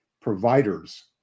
providers